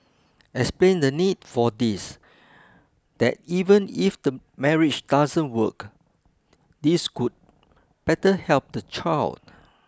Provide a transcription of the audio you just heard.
explain the need for this that even if the marriage doesn't work this could better help the child